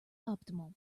optimal